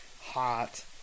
hot